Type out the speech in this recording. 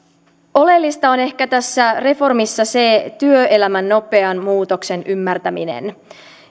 oleellista ehkä on tässä reformissa se työelämän nopean muutoksen ymmärtäminen